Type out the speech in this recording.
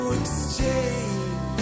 exchange